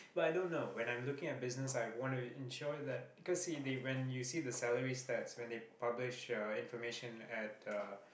but i don't know when I'm looking at business I want to ensure that cause they when you see the salary stats when they publish uh information at the